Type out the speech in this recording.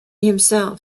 himself